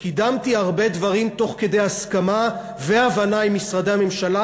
קידמתי הרבה דברים תוך כדי הסכמה והבנה עם משרדי הממשלה,